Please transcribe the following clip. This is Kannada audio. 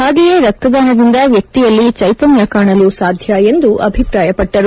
ಹಾಗೆಯೇ ರಕ್ತದಾನದಿಂದ ವ್ಯಕ್ತಿಯಲ್ಲಿ ಚೈತನ್ಯ ಕಾಣಲು ಸಾಧ್ಯ ಎಂದು ಅಭಿಪ್ರಾಯಪಟ್ಟರು